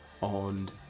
on